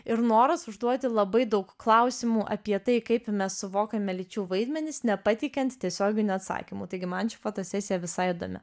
ir noras užduoti labai daug klausimų apie tai kaip mes suvokiame lyčių vaidmenis nepateikiant tiesioginių atsakymų taigi man ši fotosesija visai įdomi